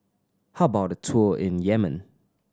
how about a tour in Yemen